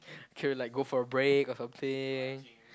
can we like go for a break or something